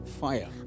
fire